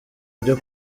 byo